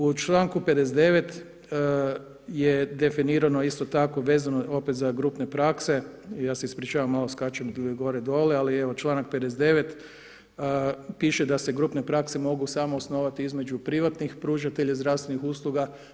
U članku 59. je definirano isto tako vezano opet za grupne prakse, ja se ispričavam malo skačem gore dole, ali evo članak 59. piše da se grupne prakse mogu samo osnovati između privatnih pružatelja zdravstvenih usluga.